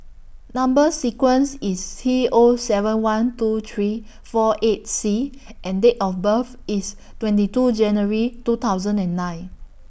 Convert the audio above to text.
N umber sequence IS T O seven one two three four eight C and Date of birth IS twenty two January two thousand and nine